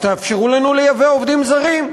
תאפשרו לנו לייבא עובדים זרים.